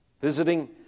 visiting